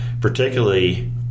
particularly –